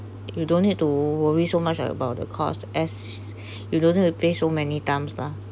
you don't need to worry so much ah about the cost as you don't need to pay so many times lah